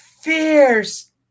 fierce